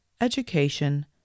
education